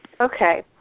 Okay